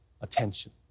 attention